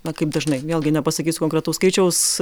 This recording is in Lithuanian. na kaip dažnai vėlgi nepasakysiu konkretaus skaičiaus